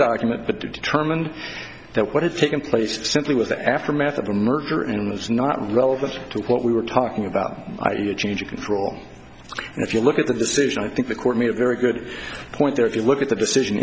document that determined that what had taken place simply with the aftermath of a merger and that's not relevant to what we were talking about i e a change of control and if you look at the decision i think the court made a very good point there if you look at the decision